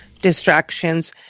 distractions